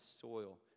soil